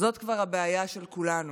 זאת כבר הבעיה של כולנו.